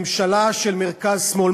ממשלה של מרכז-שמאל,